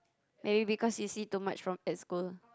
maybe because you see too much from a school